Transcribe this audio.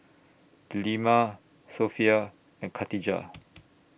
Delima Sofea and Khatijah